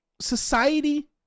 Society